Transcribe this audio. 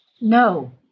No